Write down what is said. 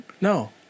No